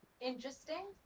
interesting